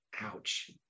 ouch